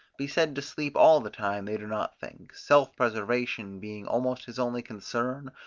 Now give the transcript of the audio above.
be said to sleep all the time they do not think self-preservation being almost his only concern,